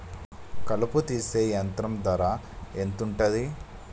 కలుపు తీసే యంత్రం ధర ఎంతుటది?